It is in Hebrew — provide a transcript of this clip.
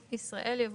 כי אתה צריך לחלק,